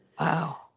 Wow